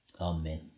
Amen